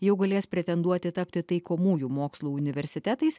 jau galės pretenduoti tapti taikomųjų mokslų universitetais